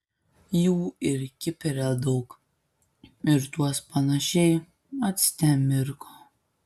jų ir kipre daug ir tuos panašiai acte mirko